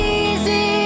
easy